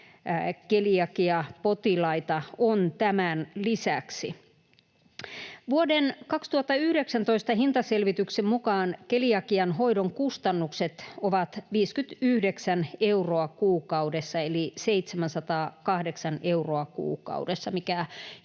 keliakiapotilaita. Vuoden 2019 hintaselvityksen mukaan keliakian hoidon kustannukset ovat 59 euroa kuukaudessa eli 708 euroa vuodessa,